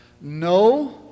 No